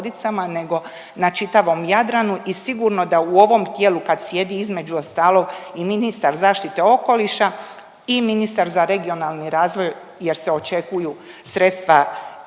nego na čitavom Jadranu i sigurno da u ovom tijelu kad sjedi, između ostalog i ministar zaštite okoliša i ministar za regionalni razvoj jer se očekuju sredstva,